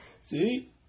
See